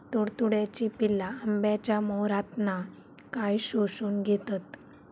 तुडतुड्याची पिल्ला आंब्याच्या मोहरातना काय शोशून घेतत?